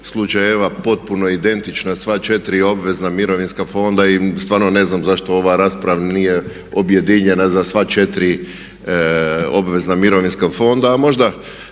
slučajeva potpuno identična sva četiri obvezna mirovinska fond. I stvarno ne znam zašto ova rasprava nije objedinjena za sva četiri obvezna mirovinska fonda. A možda